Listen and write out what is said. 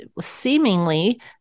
seemingly